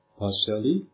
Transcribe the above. partially